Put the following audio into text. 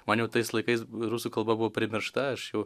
man jau tais laikais rusų kalba buvo primiršta aš jau